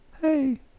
hey